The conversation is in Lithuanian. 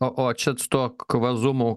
o o čia su tuo kvazumu